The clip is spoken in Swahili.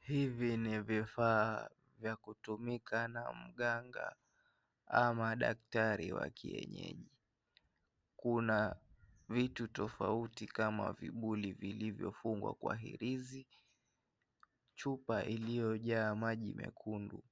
Hivi ni vifaa vya kutumika na mkanga ama daktari wa kienyeji, kuna vitu tofauti kama vikuli vikivyofungwa Kwa hilisi . Chupa iliyojaa maji mekundu